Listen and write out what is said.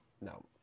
No